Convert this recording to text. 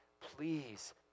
please